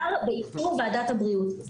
השר, באישור ועדת הבריאות.